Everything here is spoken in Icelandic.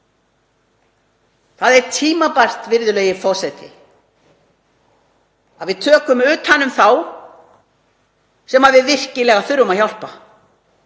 Það er tímabært, virðulegi forseti, að við tökum utan um þá sem við virkilega þurfum að hjálpa.